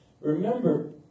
Remember